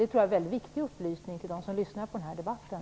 Det tror jag är en väldigt viktig upplysning till dem som lyssnar på debatten.